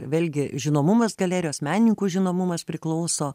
vėlgi žinomumas galerijos meninkų žinomumas priklauso